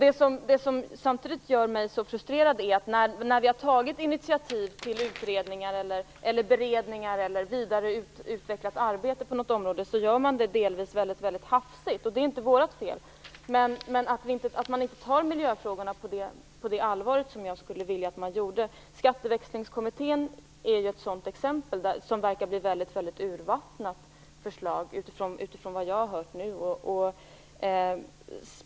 Det som samtidigt gör mig så frustrerad är, att efter det att vi har tagit initiativ till utredningar och beredningar eller har vidareutvecklat arbetet på något område, genomför man detta delvis väldigt hafsigt. Det är inte vårt fel. Man tar inte miljöfrågorna på allvar på det sätt som jag skulle vilja att man gjorde. Skatteväxlingskommittén är ett sådant exempel. Dess förslag verkar bli väldigt urvattnat, enligt vad jag har hört nu.